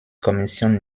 kommission